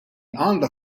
għandha